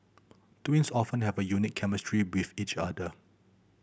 twins often have a unique chemistry with each other